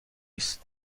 است